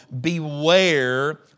Beware